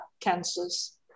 cancers